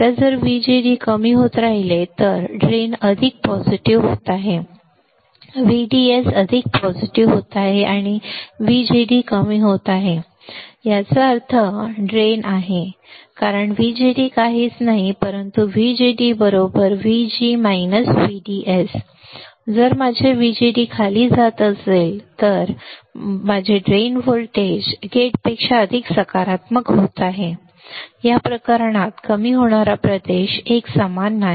आता जर VGD कमी होत राहिले याचा अर्थ माझा ड्रेन ड्रेन अधिक सकारात्मक होत आहे VDS अधिक सकारात्मक होत आहे आणि VGD कमी होत आहे याचा अर्थ ड्रेन आहे कारण VGD काहीच नाही परंतु VGD व्हीजी VDS जर माझे व्हीजीडी खाली जात असेल याचा अर्थ माझे ड्रेन व्होल्टेज गेटपेक्षा अधिक सकारात्मक होत आहे या प्रकरणात कमी होणारा प्रदेश एकसमान नाही